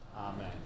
Amen